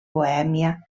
bohèmia